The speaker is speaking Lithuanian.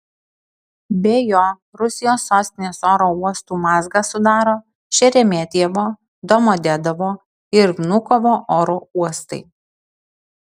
be jo rusijos sostinės oro uostų mazgą sudaro šeremetjevo domodedovo ir vnukovo oro uostai